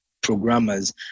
programmers